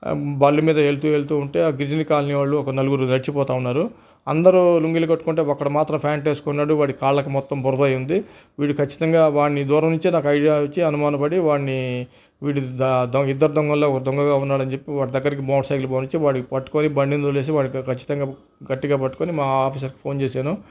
బండి మీద వెళ్తూ వెళ్తూ వెళ్తూ ఉంటే ఆ గిరిజన కాలనీ వాళ్ళు ఒక నలుగురు నడిచి పోతు ఉన్నారు అందరూ లుంగీలు కట్టుకుంటే ఒకడు మాత్రం ఫ్యాంట్ వేసుకున్నాడు వాడి కాళ్ళకి మొత్తం బురదై ఉంది వీడు ఖచ్చితంగా వాణ్ని దూరం నుంచే నాకు ఐడియా వచ్చి అనుమాన పడి వాడిని వీడు ఇద్దరి దొంగల్లో ఒక దొంగగా ఉన్నాడని చెప్పి వాడి దగ్గరికి ఈ మోటార్ సైకిల్ పోనిచ్చి వాడిని పట్టుకుని బండిని వదిలేసి వాడ్ని ఖచ్చితంగా గట్టిగా పట్టుకుని మా ఆఫీసర్స్కి ఫోన్ చేశాను